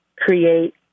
create